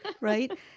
right